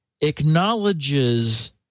acknowledges